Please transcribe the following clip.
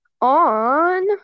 on